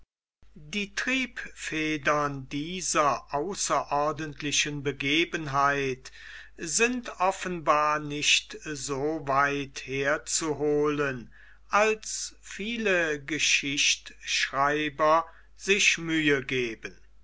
die triebfedern dieser außerordentlichen begebenheit sind offenbar nicht so weit herzuholen als viele geschichtschreiber sich mühe geben